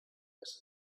less